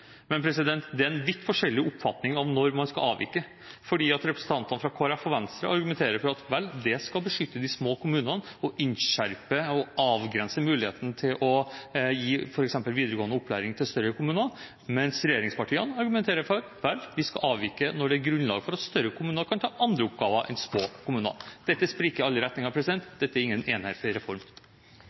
men det er en vidt forskjellig oppfatning om når man skal avvike. Representantene fra Kristelig Folkeparti og Venstre argumenterer for at det skal beskytte de små kommunene og innskjerpe og avgrense muligheten til å gi f.eks. videregående opplæring til større kommuner, mens regjeringspartiene argumenterer for at vi skal avvike når det er grunnlag for at større kommuner kan ta andre oppgaver enn de små kommunene. Dette spriker i alle retninger. Dette er ingen enhetlig reform. Jeg vil starte med å takke både Kristelig Folkeparti og Venstre for